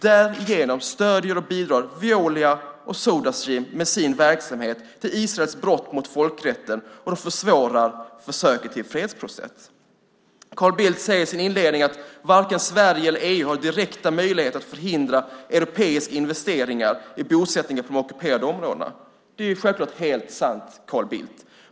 Därigenom stöder och bidrar Veolia och Soda Stream med sin verksamhet till Israels brott mot folkrätten och försvårar försöket till fredsprocess. Carl Bildt säger i sin inledning att varken Sverige eller EU har direkta möjligheter att förhindra europeiska investeringar i bosättningar på de ockuperade områdena. Det är självklart helt sant, Carl Bildt.